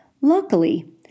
Luckily